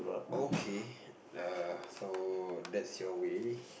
okay err so that's your way